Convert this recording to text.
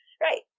Right